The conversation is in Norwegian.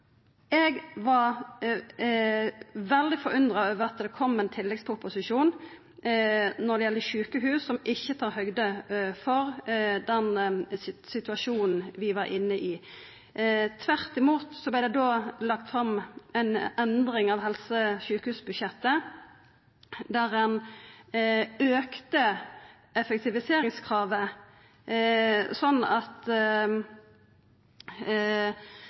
eg var veldig forundra over at det kom ein tilleggsproposisjon når det gjeld sjukehus, som ikkje tok høgd for situasjonen vi var inne i. Tvert imot vart det lagt fram ei endring av sjukehusbudsjettet der ein auka effektiviseringskravet, sånn at